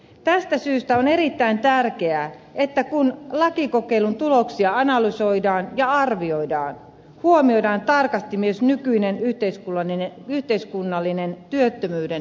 tästä syystä on erittäin tärkeää että kun lakikokeilun tuloksia analysoidaan ja arvioidaan huomioidaan tarkasti myös nykyinen yhteiskunnallinen työttömyyden tilanne